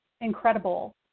incredible